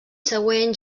següent